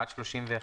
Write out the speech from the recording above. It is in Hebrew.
עד 31 בדצמבר